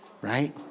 right